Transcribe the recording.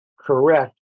correct